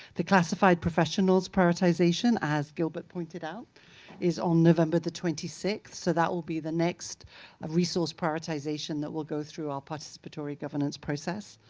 the classified professionals prioritization as gilbert pointed out is on november twenty six, that will be the next ah resource prioritization that will go through our participatory governance process.